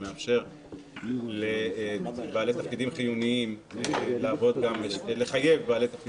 שמאפשר לחייב בעלי תפקידים חיוניים לעבוד בשבת,